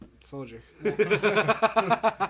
soldier